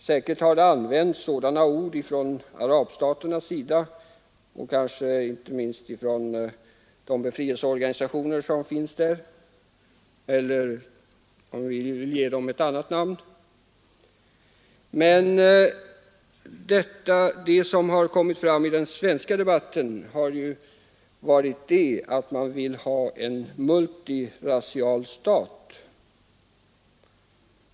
Säkert har sådana ord använts inom arabstaterna, inte minst av de befrielseorganisationer — någon kanske vill ge dem ett annat namn — som finns där. I den svenska debatten har framförts tanken på en multirasial stat.